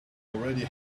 already